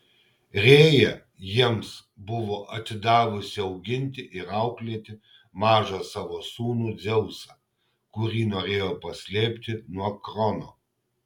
rėja jiems buvo atidavusi auginti ir auklėti mažą savo sūnų dzeusą kurį norėjo paslėpti nuo krono